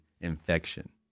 infection